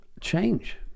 Change